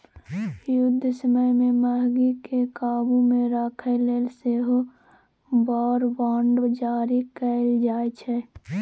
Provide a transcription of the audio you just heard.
युद्ध समय मे महगीकेँ काबु मे राखय लेल सेहो वॉर बॉड जारी कएल जाइ छै